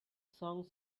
song